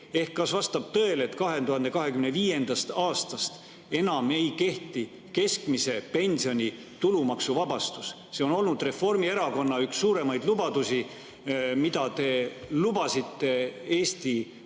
Kas vastab tõele, et 2025. aastast enam ei kehti keskmise pensioni tulumaksuvabastus? See [vabastus] on olnud Reformierakonna üks suuremaid lubadusi, mida te lubasite Eesti